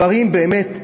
אלה דברים באמת נוראיים.